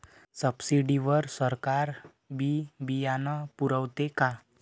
Subsidy वर सरकार बी बियानं पुरवते का?